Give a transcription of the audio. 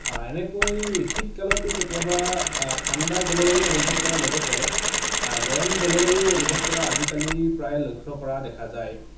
এনেকৈ শীতকালতো কেতিয়াবা ঠাণ্ডা জলবায়ু অনুভৱ কৰা লগতে গৰম জলবায়ু অনুভৱ কৰা আজিকালি প্ৰায় লক্ষ্য কৰা দেখা যায়